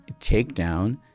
takedown